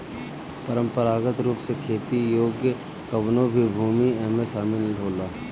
परंपरागत रूप से खेती योग्य कवनो भी भूमि एमे शामिल होला